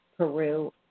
Peru